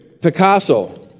Picasso